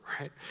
right